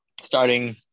starting